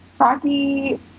hockey